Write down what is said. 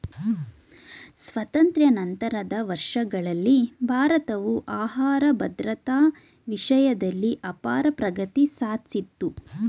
ಸ್ವಾತಂತ್ರ್ಯ ನಂತರದ ವರ್ಷಗಳಲ್ಲಿ ಭಾರತವು ಆಹಾರ ಭದ್ರತಾ ವಿಷಯ್ದಲ್ಲಿ ಅಪಾರ ಪ್ರಗತಿ ಸಾದ್ಸಿತು